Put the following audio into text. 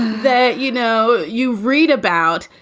that, you know, you read about,